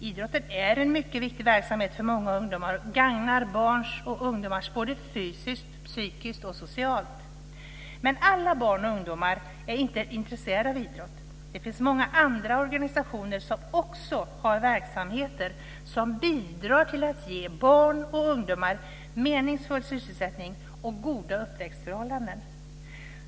Idrotten är en mycket viktig verksamhet för många ungdomar och gagnar barn och ungdomar fysiskt, psykiskt och socialt. Men alla barn och ungdomar är inte intresserade av idrott. Det finns många andra organisationer som också har verksamheter som bidrar till att ge barn och ungdomar meningsfull sysselsättning och goda uppväxtförhållanden.